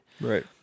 Right